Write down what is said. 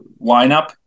lineup